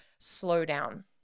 slowdown